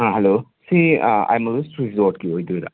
hello ꯁꯤ ꯑꯥꯏꯃꯣꯂꯨꯁ ꯔꯤꯖꯣꯔꯠꯀꯤ ꯑꯣꯏꯗꯣꯏꯔꯥ